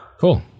Cool